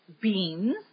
beans